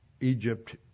Egypt